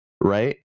Right